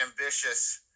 ambitious